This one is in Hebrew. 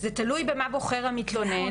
זה תלוי במה בוחר המתלונן,